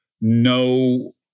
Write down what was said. no